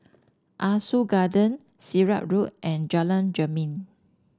Ah Soo Garden Sirat Road and Jalan Jermin